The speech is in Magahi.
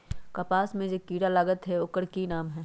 कपास में जे किरा लागत है ओकर कि नाम है?